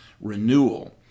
renewal